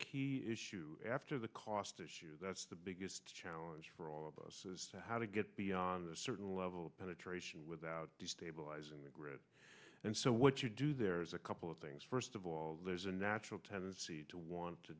key issue after the cost issue that's the biggest challenge for all of us is how to get beyond a certain level of penetration without destabilizing the grid and so what you do there is a couple of things first of all there's a natural tendency to want to